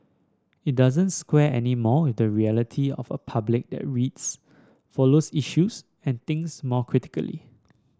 it doesn't square anymore with the reality of a public that reads follows issues and thinks more critically